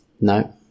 No